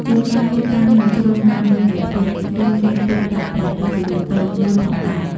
ជួនកាលមានតាំងនៅជ្រុងណាមួយនៃផ្ទះ ឬមានទូដាក់ព្រះពុទ្ធរូបតូចមួយផងដែរ។